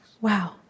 Wow